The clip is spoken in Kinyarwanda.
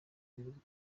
muhirwa